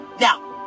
now